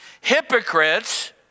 Hypocrites